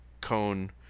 Cone